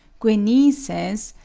guenee says,